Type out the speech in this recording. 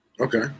Okay